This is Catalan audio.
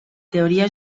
teoria